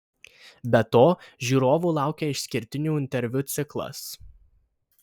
be to žiūrovų laukia išskirtinių interviu ciklas